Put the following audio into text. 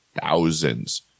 thousands